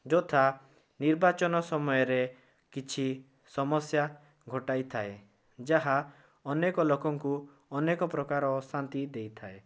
ଯଥା ନିର୍ବାଚନ ସମୟରେ କିଛି ସମସ୍ୟା ଘଟାଇଥାଏ ଯାହା ଅନେକ ଲୋକଙ୍କୁ ଅନେକ ପ୍ରକାର ଅଶାନ୍ତି ଦେଇଥାଏ